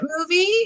movie